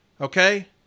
Okay